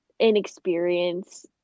inexperience